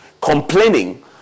complaining